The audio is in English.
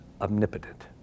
omnipotent